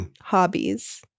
hobbies